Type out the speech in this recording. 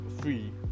free